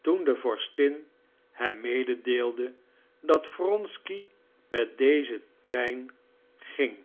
toen de vorstin hem mededeelde dat wronsky met dezen trein ging